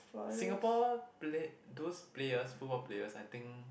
Singapore play those players football players I think